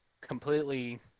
completely